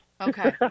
Okay